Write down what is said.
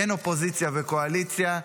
אין אופוזיציה וקואליציה,